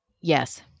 Yes